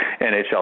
NHL